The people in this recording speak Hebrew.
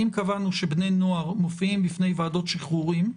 אם קבענו שבני נוער מופיעים בפני ועדות שחרורים,